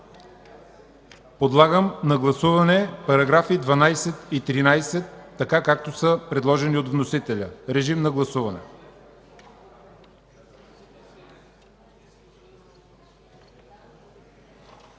Подлагам на гласуване параграфи 12 и 13, както са предложени от вносителя. Гласували